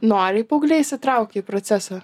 noriai paaugliai įsitraukia į procesą